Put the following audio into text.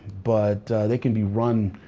but they can be run